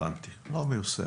הבנתי, לא מיושמת.